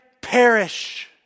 perish